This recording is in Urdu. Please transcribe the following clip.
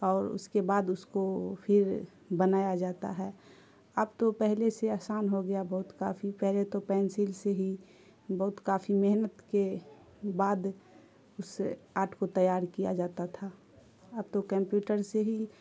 اور اس کے بعد اس کو پھر بنایا جاتا ہے اب تو پہلے سے آسان ہو گیا بہت کافی پہلے تو پینسل سے ہی بہت کافی محنت کے بعد اس آٹ کو تیار کیا جاتا تھا اب تو کمپیوٹر سے ہی